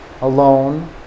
alone